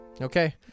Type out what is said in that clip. Okay